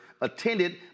attended